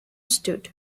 stood